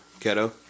Keto